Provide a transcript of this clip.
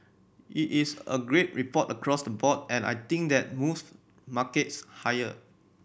it's a great report across the board and I think that moves markets higher